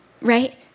right